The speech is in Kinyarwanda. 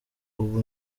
ubu